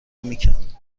میکند